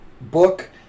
book